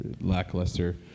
lackluster